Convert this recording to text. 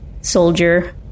soldier